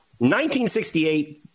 1968